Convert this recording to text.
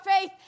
faith